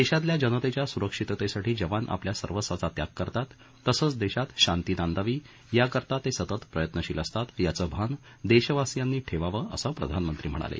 देशातल्या जनतेच्या सुरक्षिततेसाठी जवान आपल्या सर्वस्वाचा त्याग करतात तसंच देशात शांती नांदावी याकरता ते सतत प्रयत्नशील असतात याचं भान देशवासीयांनी ठेवावं असं प्रधानमंत्री म्हणाले